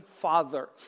father